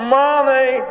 money